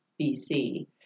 BC